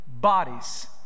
bodies